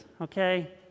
okay